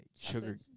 sugar